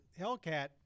Hellcat